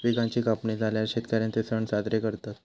पिकांची कापणी झाल्यार शेतकर्यांचे सण साजरे करतत